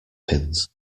pins